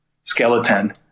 skeleton